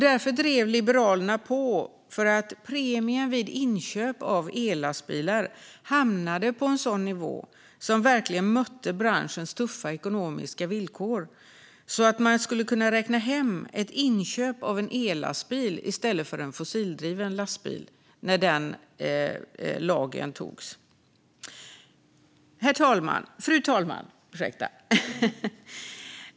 Därför drev Liberalerna på för att premien vid inköp av ellastbilar skulle hamna på en nivå som verkligen mötte branschens tuffa ekonomiska villkor, så att man skulle kunna räkna hem ett inköp av en ellastbil i stället för en fossildriven lastbil, när lagen antogs. Fru talman!